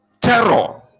terror